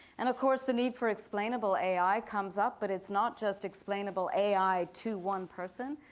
and of course, the need for explainable ai comes up, but it's not just explainable ai to one person,